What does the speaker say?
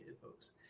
folks